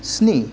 स्नि